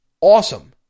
awesome